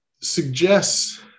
suggests